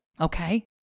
Okay